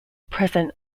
present